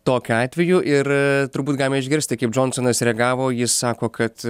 tokiu atveju ir turbūt galima išgirsti kaip džonsonas reagavo jis sako kad